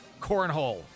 Cornhole